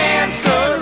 answer